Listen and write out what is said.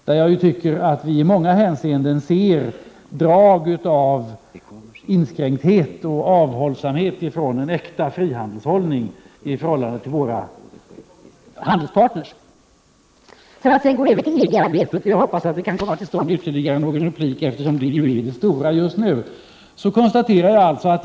I många hänseenden tycker jag att vi ser drag av inskränkthet och avhållsamhet ifrån en äkta frihandelshållning, i förhållande till våra handelspartner. Jag vill sedan gå över till EG-arbetet, och jag hoppas att det kan komma till stånd ytterligare någon replik, eftersom detta är det viktigaste just nu.